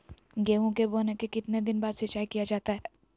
गेंहू के बोने के कितने दिन बाद सिंचाई किया जाता है?